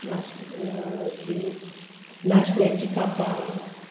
नाशी हाची नाशण्याची कापां